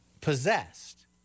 possessed